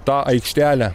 tą aikštelę